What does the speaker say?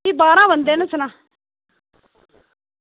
भी बारहां बंदे न